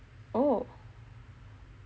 oh